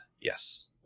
yes